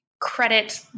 credit